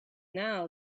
now